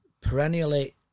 perennially